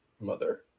mother